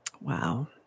Wow